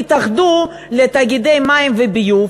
יתאחדו לתאגידי מים וביוב,